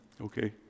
Okay